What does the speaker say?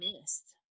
missed